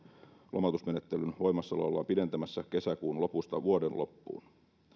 lomautusmenettelyn voimassaoloa ollaan pidentämässä kesäkuun lopusta vuoden loppuun